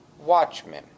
watchmen